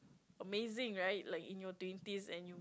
amazing right like in your twenties and you